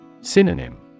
Synonym